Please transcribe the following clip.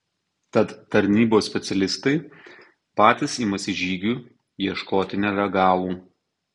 tad tarnybos specialistai patys imasi žygių ieškoti nelegalų